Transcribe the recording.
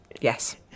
Yes